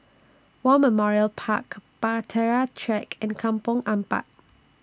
War Memorial Park Bahtera Track and Kampong Ampat